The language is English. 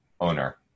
owner